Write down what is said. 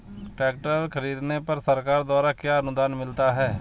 Tractor खरीदने पर सरकार द्वारा क्या अनुदान मिलता है?